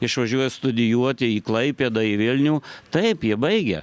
išvažiuoja studijuoti į klaipėdą į vilnių taip jie baigia